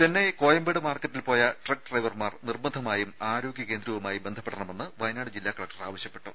ചെന്നൈ കോയമ്പേട് മാർക്കറ്റിൽ പോയ ട്രക്ക് ഡ്രൈവർമാർ നിർബന്ധമായും ആരോഗ്യ കേന്ദ്രവുമായി ബന്ധപ്പെടണമെന്ന് വയനാട് ജില്ലാ കലക്ടർ ആവശ്യപ്പെട്ടു